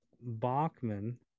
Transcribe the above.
bachman